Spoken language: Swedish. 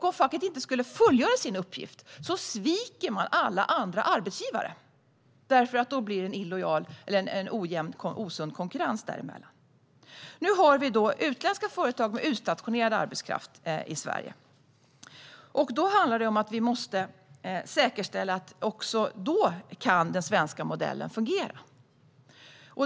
Om facket inte skulle fullgöra sin uppgift sviker man alla andra arbetsgivare, därför att det då blir en osund konkurrens. Nu har vi utländska företag med utstationerad arbetskraft i Sverige. Även då måste vi säkerställa att den svenska modellen kan fungera.